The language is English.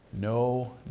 no